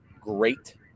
great